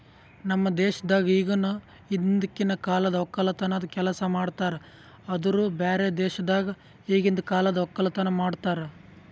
ನಮ್ ದೇಶದಾಗ್ ಇಗನು ಹಿಂದಕಿನ ಕಾಲದ್ ಒಕ್ಕಲತನದ್ ಕೆಲಸ ಮಾಡ್ತಾರ್ ಆದುರ್ ಬ್ಯಾರೆ ದೇಶದಾಗ್ ಈಗಿಂದ್ ಕಾಲದ್ ಒಕ್ಕಲತನ ಮಾಡ್ತಾರ್